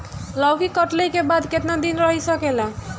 लौकी कटले के बाद केतना दिन रही सकेला?